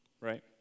right